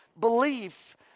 belief